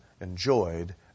enjoyed